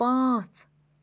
پانٛژھ